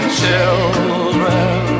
children